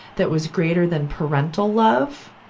that was greater than parental love,